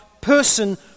person